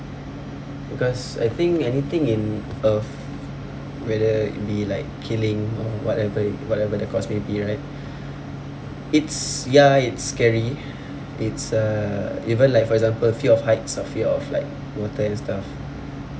because I think anything in earth whether be it like killing or whatever it whatever the cost may be right it's ya it's scary it's uh even like for example fear of heights or fear of like water and stuff